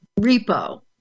repo